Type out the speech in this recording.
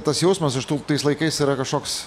tas jausmas iš tų tais laikais yra kažkoks